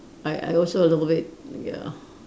I I also a little bit ya